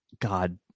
God